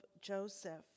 Joseph